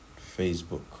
facebook